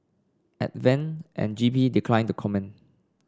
Advent and G P declined to comment